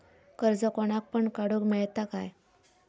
कर्ज कोणाक पण काडूक मेलता काय?